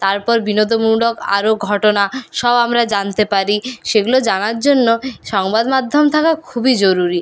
তারপর বিনোদোনমূলক আরও ঘটনা সব আমরা জানতে পারি সেগুলো জানার জন্য সংবাদ মাধ্যম থাকা খুবই জরুরি